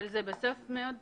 אבל זה בסוף מאוד פתוח.